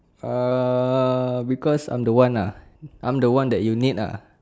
ah because I'm the one uh I'm the one that you need lah